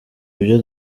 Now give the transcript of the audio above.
ibyo